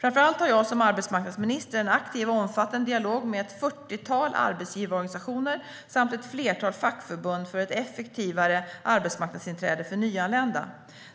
Framför allt har jag som arbetsmarknadsminister en aktiv och omfattande dialog med ett fyrtiotal arbetsgivarorganisationer samt ett flertal fackförbund för ett effektivare arbetsmarknadsinträde för nyanlända.